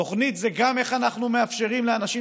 תוכנית זה גם איך אנחנו מאפשרים לאנשים